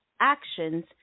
actions